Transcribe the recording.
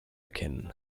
erkennen